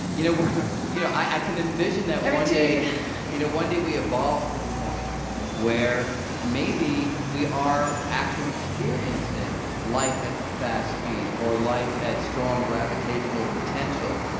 you know you know i can envision that one day you know one day we evolve to a point where maybe we are actually experiencing life at fast speed, or life at strong gravitational potential.